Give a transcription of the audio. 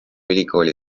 ülikooli